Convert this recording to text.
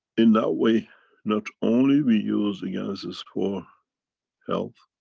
in that way not only we use the ganses for health,